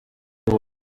there